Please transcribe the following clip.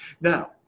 Now